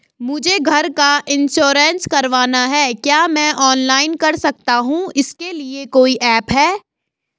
मुझे घर का इन्श्योरेंस करवाना है क्या मैं ऑनलाइन कर सकता हूँ इसके लिए कोई ऐप है?